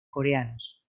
coreanos